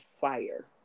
fire